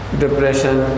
depression